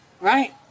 Right